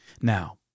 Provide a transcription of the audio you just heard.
Now